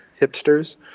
hipsters